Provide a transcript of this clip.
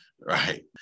right